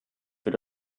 wird